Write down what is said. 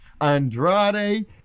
andrade